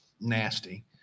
nasty